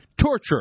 Torture